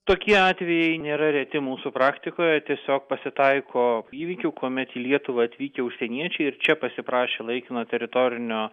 tokie atvejai nėra reti mūsų praktikoje tiesiog pasitaiko įvykių kuomet į lietuvą atvykę užsieniečiai ir čia pasiprašę laikino teritorinio